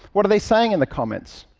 what are they saying in the comments.